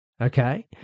okay